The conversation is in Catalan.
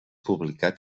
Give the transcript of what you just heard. publicat